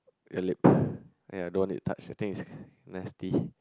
your lip ya don't want it to touch the thing is nasty